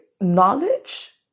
knowledge